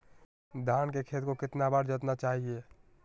धान के खेत को कितना बार जोतना चाहिए?